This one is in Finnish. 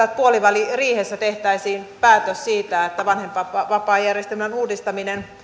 että puoliväliriihessä tehtäisiin päätös siitä että vanhempainvapaajärjestelmän uudistaminen